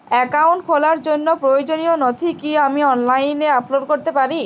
Account খোলার জন্য প্রয়োজনীয় নথি কি আমি অনলাইনে আপলোড করতে পারি?